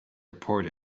report